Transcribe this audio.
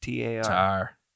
Tar